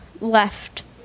left